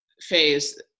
phase